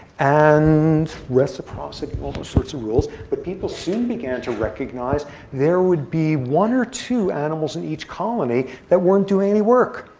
and reciprocity and all those sorts of rules. but people soon began to recognize there would be one or two animals in each colony that weren't doing any work.